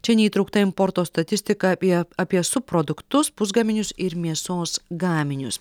čia neįtraukta importo statistika apie apie subproduktus pusgaminius ir mėsos gaminius